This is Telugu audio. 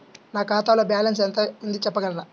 నా ఖాతాలో బ్యాలన్స్ ఎంత ఉంది చెప్పగలరా?